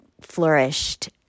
flourished